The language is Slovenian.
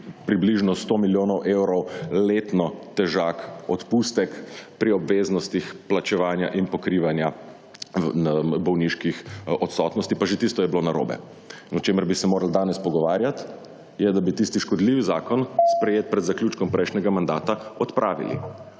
približno 100 milijonov evrov letno težak odpustek pri obveznostih plačevanja in pokrivanja na bolniški odsotnosti, pa že tisto je bilo narobe. O čemer bi se morali danes pogovarjati je, da bi tisti škodljiv zakon, / znak za konec razprave/ sprejet pred zaključkom prejšnjega mandata odpravili.